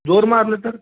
जोर मारले तर